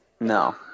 No